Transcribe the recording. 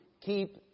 keep